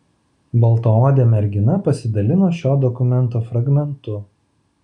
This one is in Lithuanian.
baltaodė mergina pasidalino šio dokumento fragmentu